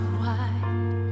wide